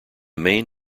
main